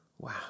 Wow